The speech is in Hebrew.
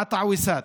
עטא עוויסאת,